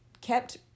kept